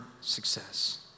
success